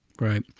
Right